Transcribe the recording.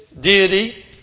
deity